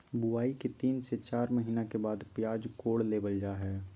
बुआई के तीन से चार महीना के बाद प्याज कोड़ लेबल जा हय